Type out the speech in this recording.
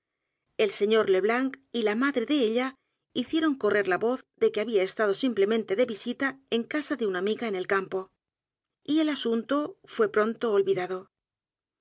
el s r le blanc y la m a d r e de ella hicieron correr la voz de que había estado simplemente de visita en casa de una a m i g a en el c a m p o y el asunto fué pronto olvidado